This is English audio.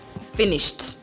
finished